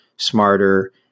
Smarter